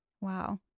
Wow